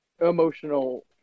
emotional